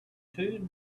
two